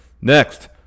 Next